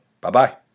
Bye-bye